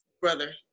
brother